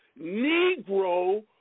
Negro